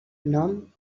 nom